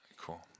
Cool